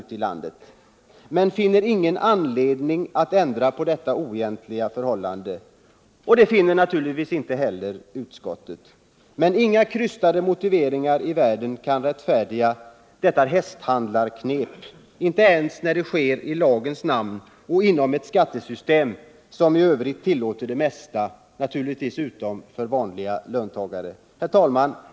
Men han finner ingen anledning att ändra på detta oegentliga förhållande, och det gör naturligtvis inte heller utskottet. Men inga krystade motiveringar i världen kan rättfärdiga detta hästhandlarknep, inte ens när det sker i lagens namn och inom ett skattesystem som i övrigt tillåter det mesta — utom naturligtvis för vanliga löntagare. Herr talman!